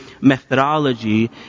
methodology